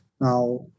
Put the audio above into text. Now